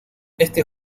este